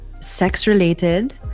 sex-related